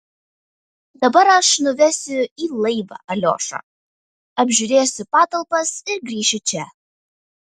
dabar aš nuvesiu į laivą aliošą apžiūrėsiu patalpas ir grįšiu čia